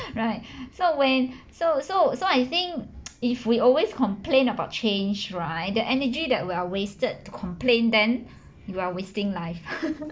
right so when so so so I think if we always complain about change right the energy that we are wasted to complain then you are wasting life